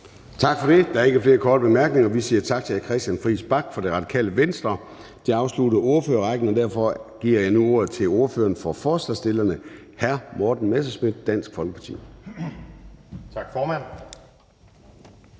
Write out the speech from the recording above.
Tak for det. Der er ikke flere korte bemærkninger. Vi siger tak til hr. Christian Friis Bach fra Radikale Venstre. Det afslutter ordførerrækken, og derfor giver jeg nu ordet til ordføreren for forslagsstillerne hr. Morten Messerschmidt, Dansk Folkeparti. Kl.